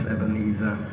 Ebenezer